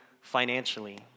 financially